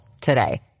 today